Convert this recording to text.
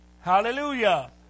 Hallelujah